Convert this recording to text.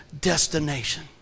destination